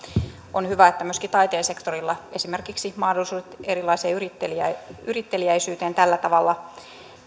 on hyvä että myöskin taiteen sektorilla esimerkiksi mahdollisuudet erilaiseen yritteliäisyyteen tällä tavalla